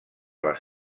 les